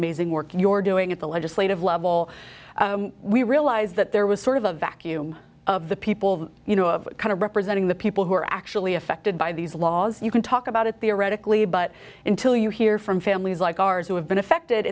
amazing work you're doing at the legislative level we realized that there was sort of a vacuum of the people you know of kind of representing the people who are actually affected by these laws you can talk about it theoretically but until you hear from families like ours who have been affected